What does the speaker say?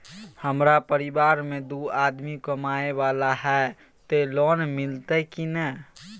हमरा परिवार में दू आदमी कमाए वाला हे ते लोन मिलते की ने?